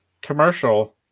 commercial